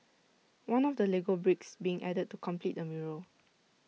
one of the Lego bricks being added to complete the mural